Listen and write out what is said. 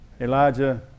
Elijah